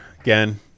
again